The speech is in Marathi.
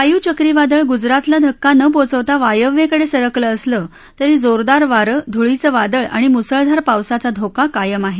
वायू चक्रीवादळ गुजरातला धक्का न पोचवता वायव्येकडे सरकलं असलं तरी जोरदार वारं धुळीचं वादळ आणि मुसळधार पावसाचा धोका कायम आहे